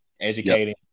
educating